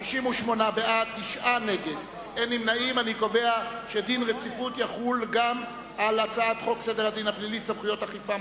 על רצונה להחיל דין רציפות על הצעת חוק סדר הדין הפלילי (סמכויות אכיפה,